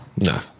No